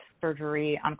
surgery